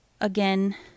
again